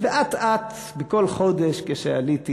ואט-אט בכל חודש כשעליתי להר,